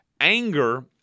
anger